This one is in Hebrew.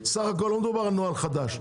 סך הכל לא מדובר על נוהל חדש,